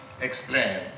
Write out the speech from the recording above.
explain